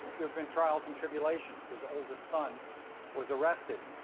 there's been trials and tribulations. his oldest son was arrested